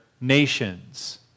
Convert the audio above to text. nations